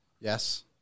Yes